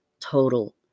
total